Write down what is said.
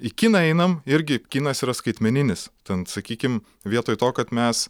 į kiną einam irgi kinas yra skaitmeninis ten sakykim vietoj to kad mes